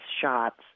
shots